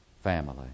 family